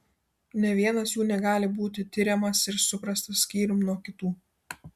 nė vienas jų negali būti tiriamas ir suprastas skyrium nuo kitų